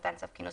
מתן צו כינוס,